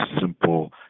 simple